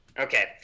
Okay